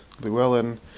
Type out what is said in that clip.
Llewellyn